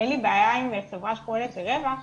אין לי בעיה עם חברה שפועלת לרווח,